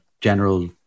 general